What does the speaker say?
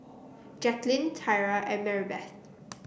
Jaclyn Tyra and Maribeth